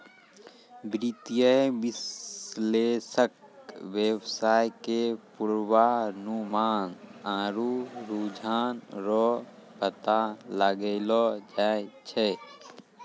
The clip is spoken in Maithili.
वित्तीय विश्लेषक वेवसाय के पूर्वानुमान आरु रुझान रो पता लगैलो जाय छै